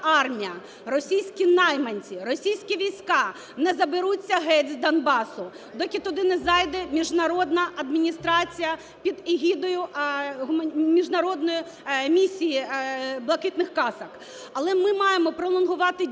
російські найманці, російські війська не заберуться геть з Донбасу, доки туди не зайде міжнародна адміністрація під егідою Міжнародної місії "блакитних касок". Але ми маємо пролонгувати дію